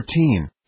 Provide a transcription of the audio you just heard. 13